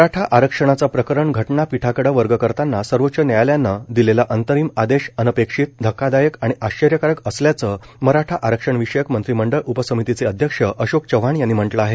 मराठा आरक्षणाचे प्रकरण घटनापिठाकडे वर्ग करताना सर्वोच्च न्यायालयाने दिलेला अंतरिम आदेश अनपेक्षित धक्कादायक आणि आश्चर्यकारक असल्याचे मराठा आरक्षणविषयक मंत्रिमंडळ उपसमितीचे अध्यक्ष अशोक चव्हाण यांनी म्हटलं आहे